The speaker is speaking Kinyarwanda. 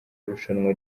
irushanwa